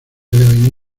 deben